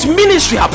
ministry